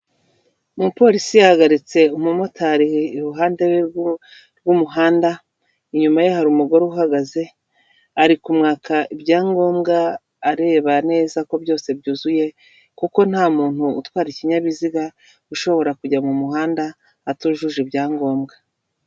Umupolisi yahagaritse umumotari iruhande rw'umuhanda, inyuma ye hari umugore uhagaze ari kumwaka ibyangombwa areba neza ko byose byuzuye, kuko nta muntu utwara ikinyabiziga ushobora kujya mu muhanda atujuje ibyangombwa.